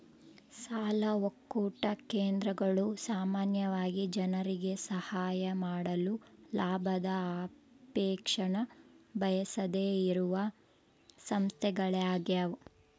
ಸಾಲ ಒಕ್ಕೂಟ ಕೇಂದ್ರಗಳು ಸಾಮಾನ್ಯವಾಗಿ ಜನರಿಗೆ ಸಹಾಯ ಮಾಡಲು ಲಾಭದ ಅಪೇಕ್ಷೆನ ಬಯಸದೆಯಿರುವ ಸಂಸ್ಥೆಗಳ್ಯಾಗವ